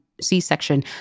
C-section